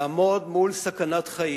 לעמוד מול סכנת חיים,